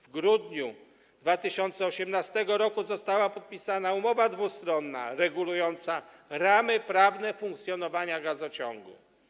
W grudniu 2018 r. została podpisana umowa dwustronna regulująca ramy prawne funkcjonowania gazociągu.